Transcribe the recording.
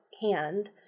hand